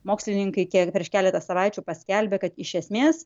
mokslininkai kiek prieš keletą savaičių paskelbė kad iš esmės